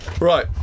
Right